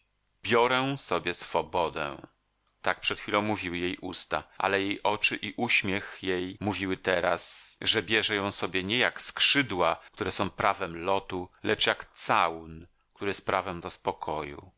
biorę sobie swobodę tak przed chwilą mówiły jej usta ale jej oczy i uśmiech jej mówiły teraz że bierze ją sobie nie jak skrzydła które są prawem lotu lecz jak całun który jest prawem do spokoju